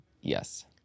yes